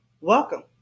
welcome